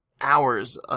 hours